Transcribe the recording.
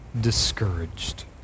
discouraged